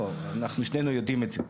בוא אנחנו שנינו יודעים את זה,